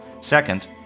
Second